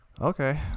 Okay